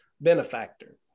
benefactor